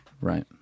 Right